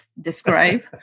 describe